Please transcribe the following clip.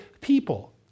people